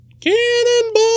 Cannonball